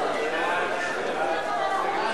ההצעה